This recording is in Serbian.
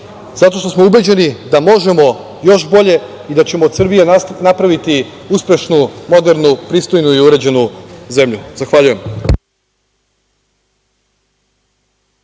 zato što smo ubeđeni da možemo još bolje i da ćemo od Srbije napraviti uspešnu, modernu, pristojnu i uređenu zemlju. Zahvaljujem.